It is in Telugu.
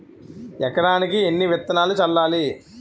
ఎకరానికి ఎన్ని విత్తనాలు చల్లాలి?